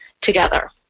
together